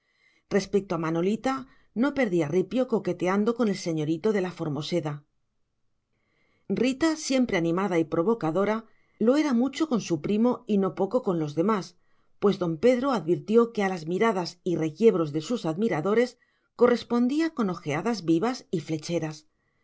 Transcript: respecto a manolita no perdía ripio coqueteando con el señorito de la formoseda rita siempre animada y provocadora lo era mucho con su primo y no poco con los demás pues don pedro advirtió que a las miradas y requiebros de sus admiradores correspondía con ojeadas vivas y flecheras